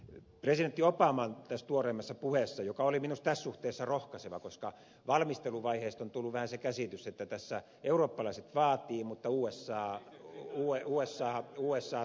presidentti obaman tuorein puhe oli minusta tässä suhteessa rohkaiseva koska valmisteluvaiheesta on tullut vähän sen käsitys että tässä eurooppalaiset vaativat mutta usa jarruttelee